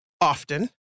often